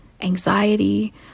anxiety